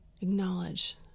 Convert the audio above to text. Acknowledge